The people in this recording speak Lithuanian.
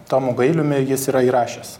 tomu gailiumi jis yra įrašęs